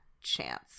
chance